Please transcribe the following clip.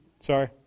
sorry